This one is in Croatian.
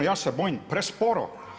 Ja se bojim presporo.